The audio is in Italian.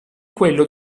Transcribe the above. quello